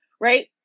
right